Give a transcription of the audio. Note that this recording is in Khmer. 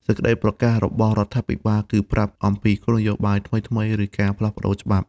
សេចក្តីប្រកាសរបស់រដ្ឋាភិបាលគឺប្រាប់ អំពីគោលនយោបាយថ្មីៗ ឬការផ្លាស់ប្ដូរច្បាប់។